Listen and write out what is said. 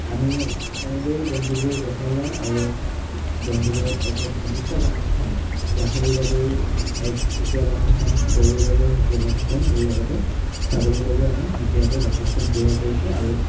আমি এনেদৰে জন্তুবোৰৰ যত্ন লওঁ আৰু জন্তুবোৰক এক এক নিৰ্দিষ্ট বাসস্থান গাহৰিৰ বাবেও এক সুকীয়া বাসস্থান গৰুৰ বাবেও সুকীয়া বাসস্থান লগতে ছাগলীৰ বাবেও আমি সুকীয়াকৈ বাসস্থান তৈয়াৰ কৰিছোঁ আৰু